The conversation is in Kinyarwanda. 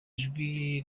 ijwi